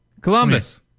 Columbus